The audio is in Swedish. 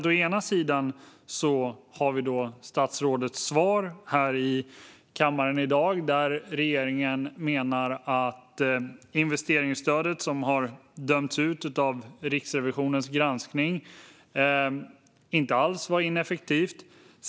Å ena sidan har vi statsrådets svar här i kammaren i dag. Där menar regeringen att investeringsstödet - som har dömts ut av Riksrevisionens granskning - inte alls var ineffektivt.